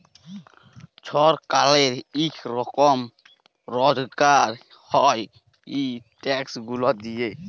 ছরকারের ইক রকমের রজগার হ্যয় ই ট্যাক্স গুলা দিঁয়ে